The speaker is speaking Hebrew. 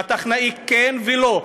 והטכנאי כן ולא,